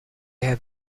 have